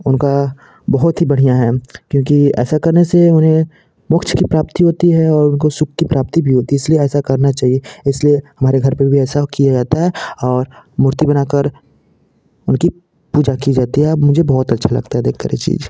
उनका बहुत ही बढ़िया है क्योंकि ऐसा करने से उन्हें मोक्ष की प्राप्ति होती है और उनको सुख की प्राप्ति भी होती इसलिए ऐसा करना चाहिए इसलिए हमारे घर पे भी ऐसा किया जाता है और मूर्ति बनाकर उनकी पूजा की जाती है आप मुझे बहुत अच्छा लगता है देखकर ये चीज